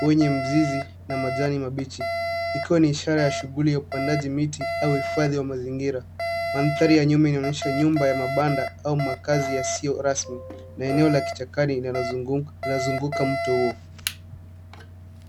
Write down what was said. wenye mzizi na majani mabichi, ikiwa ni ishara ya shughuli ya upandaji miti au uhifadhi wa mazingira. Mandhari ya nyuma inaonyesha nyumba ya mabanda au makazi yasiyo rasmi na eneo la kichakani linalo zunguka mto huo.